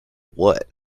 what